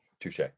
touche